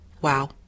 wow